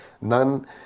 none